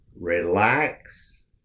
Relax